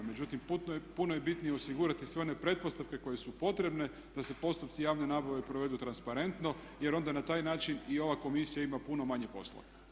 Međutim, puno je bitnije osigurati sve one pretpostavke koje su potrebne da se postupci javne nabave provedu transparentno jer onda na taj način i ova komisija ima puno manje posla.